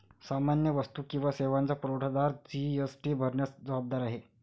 सामान्य वस्तू किंवा सेवांचा पुरवठादार जी.एस.टी भरण्यास जबाबदार आहे